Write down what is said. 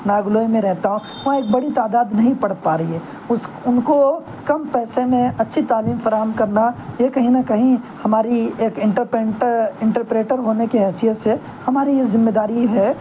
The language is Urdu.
ناگلوئی میں رہتا ہوں وہاں ایک بڑی تعداد نہیں پڑھ پا رہی ہے اس ان کو کم پیسے میں اچھی تعلیم فراہم کرنا یہ کہیں نہ کہیں ہماری ایک انٹر پریٹر ہونے کی حیثیت سے ہماری یہ ذمےداری ہے